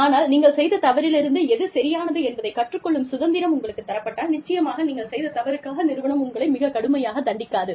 ஆனால் நீங்கள் செய்த தவறிலிருந்து எது சரியானது என்பதை கற்றுக் கொள்ளும் சுதந்திரம் உங்களுக்குத் தரப்பட்டால் நிச்சயமாக நீங்கள் செய்த தவறுக்காக நிறுவனம் உங்களை மிகக் கடுமையாக தண்டிக்காது